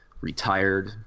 retired